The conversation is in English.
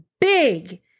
big